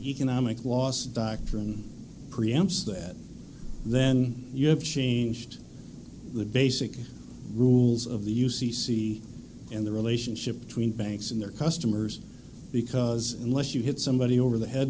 economic loss doctrine pre amps that then you have changed the basic rules of the u c c in the relationship between banks and their customers because unless you hit somebody over the head